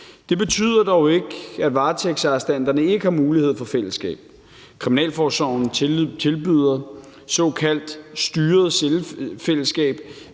Det betyder dog ikke, at varetægtsarrestanterne ikke har mulighed for fællesskab. Kriminalforsorgen tilbyder såkaldt styret cellefællesskab,